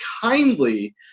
kindly